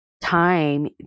time